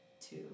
two